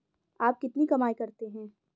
आप कितनी कमाई करते हैं?